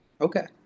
Okay